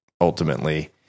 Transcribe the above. ultimately